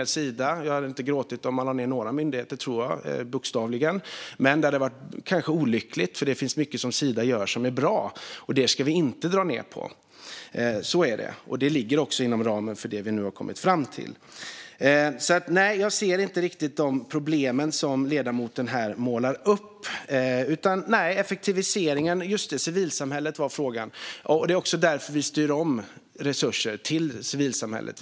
Jag tror inte att jag hade bokstavligen gråtit om man lade ned någon myndighet. Men det hade kanske varit olyckligt om Sida lades ned, eftersom de gör mycket som är bra. Och det ska vi inte dra ned på. Det ligger också inom ramen för det vi nu har kommit fram till. Jag ser alltså inte riktigt de problem som ledamoten målar upp. Frågan gällde civilsamhället. Det är också därför vi styr om resurser till civilsamhället.